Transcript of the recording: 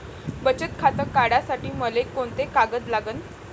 बचत खातं काढासाठी मले कोंते कागद लागन?